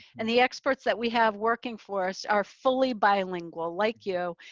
and the experts that we have working for us are fully bilingual, like you,